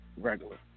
regular